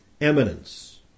eminence